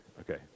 Okay